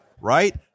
right